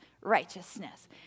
Righteousness